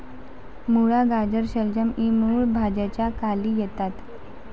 मुळा, गाजर, शलगम इ मूळ भाज्यांच्या खाली येतात